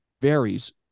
varies